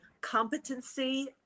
competency